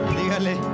dígale